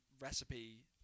recipe